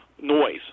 noise